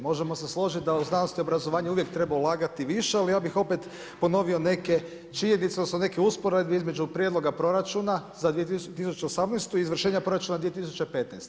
Možemo se složiti da u znanosti i obrazovanju uvijek treba ulagati više, ali ja bih opet ponovio neke činjenice, odnosno neke usporedbe između prijedloga proračuna za 2018. i izvršenja proračuna 2015.